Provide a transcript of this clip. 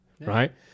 right